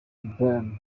bryan